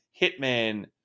Hitman